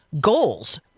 goals